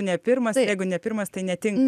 ne pirmas jeigu ne pirmas tai netinka